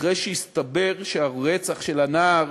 אחרי שהסתבר שהרצח של הנער